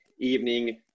evening